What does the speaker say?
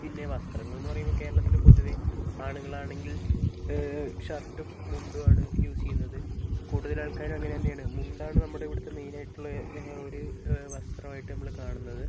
പിന്നെ വസ്ത്രങ്ങൾ എന്ന് പറയുമ്പോൾ കേരളത്തിൽ പൊതുവേ ആണുങ്ങളാണെങ്കിൽ ഷർട്ടും മുണ്ടുമാണ് യൂസ് ചെയ്യുന്നത് കൂടുതലാൾക്കാരും അങ്ങനെ തന്നെയാണ് മുണ്ടാണ് നമ്മുടെ ഇവിടുത്തെ മെയിനായിട്ടുള്ള ഒരു വസ്ത്രമായിട്ട് നമ്മൾ കാണുന്നത്